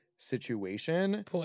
Situation